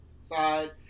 side